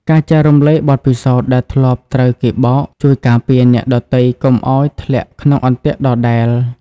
ការចែករំលែកបទពិសោធន៍ដែលធ្លាប់ត្រូវគេបោក ជួយការពារអ្នកដទៃកុំឱ្យធ្លាក់ក្នុងអន្ទាក់ដដែល។